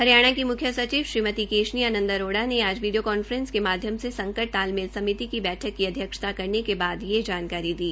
हरियाणा की मुख्य सचिव श्रीमती केशनी आनंद अरोड़ा ने आज वीडियो कॉन्फ्रेंस के माध्यम से संकट तालमेल समिति की बैठक की अध्यक्षता करने के बाद यह जानकारी दी